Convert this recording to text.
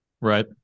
Right